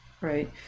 right